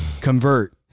convert